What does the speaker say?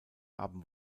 haben